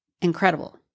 incredible